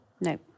No